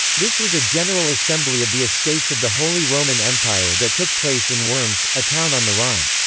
this was a general assembly of the estates of the holy roman empire that took place in worms, a town on the rhine.